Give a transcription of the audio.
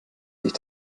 sich